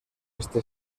este